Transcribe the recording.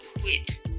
quit